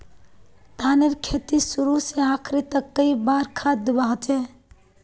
धानेर खेतीत शुरू से आखरी तक कई बार खाद दुबा होचए?